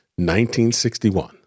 1961